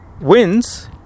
wins